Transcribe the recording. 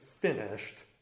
finished